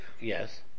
Yes